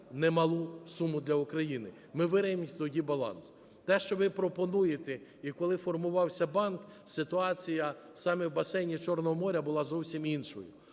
немалу суму для України. Ми вирівняємо тоді баланс. Те, що ви пропонуєте, і коли формувався банк, ситуація саме в басейні Чорного моря була зовсім іншою.